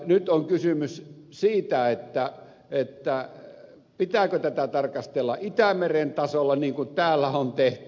nyt on kysymys siitä pitääkö tätä tarkastella itämeren tasolla niin kuin täällä on tehty